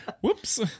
Whoops